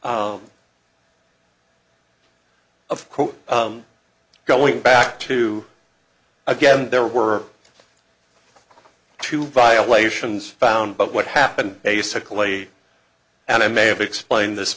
course going back to again there were two violations found but what happened basically and i may have explained this